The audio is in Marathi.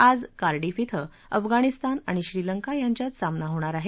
आज कार्डिफ ध्वि अफगाणिस्तान आणि श्रीलंका यांच्यात सामना होणार आहे